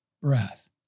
breath